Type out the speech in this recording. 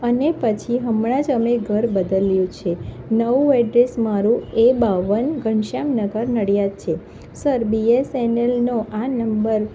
અને પછી હમણાં જ અમે ઘર બદલ્યું છે નવું એડ્રેસ મારું એ બાવન ઘનશ્યામ નગર નડિયાદ છે સર બી એસ એન એલનો આ નંબર